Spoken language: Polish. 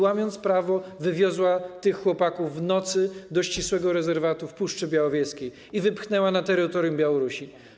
Łamiąc prawo, wywiozła tych chłopaków w nocy do ścisłego rezerwatu w Puszczy Białowieskiej i wypchnęła na terytorium Białorusi.